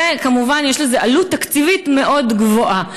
וכמובן יש לזה עלות תקציבית מאוד גבוהה.